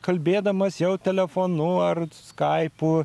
kalbėdamas jau telefonu ar skaipu